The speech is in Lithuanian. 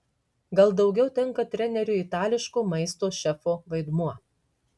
gal daugiau tenka treneriui itališko maisto šefo vaidmuo